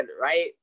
right